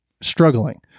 struggling